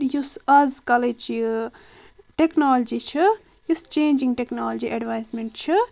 یُس آز کالٕچ یہِ ٹیٚکنالجی چھِ یُس چینجگ ٹیٚکنالجی ایٚڈوایسمیٚنٹ چھِ